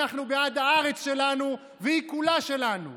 אנחנו בעד הארץ שלנו, והיא כולה שלנו.